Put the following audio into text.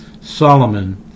Solomon